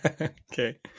Okay